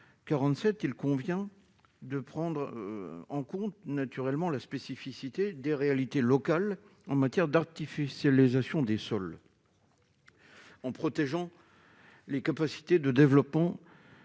il convient de prendre en compte, à l'article 47, la spécificité des réalités locales en matière d'artificialisation des sols, en protégeant les capacités de développement